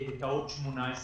את עוד 18,